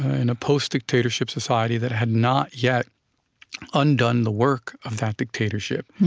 in a post-dictatorship society that had not yet undone the work of that dictatorship.